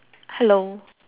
hello